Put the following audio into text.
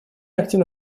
активно